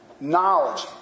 knowledge